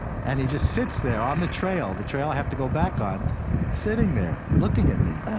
and he just sits there on the trail the trail i have to go back on sitting there, looking at me.